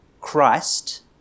Christ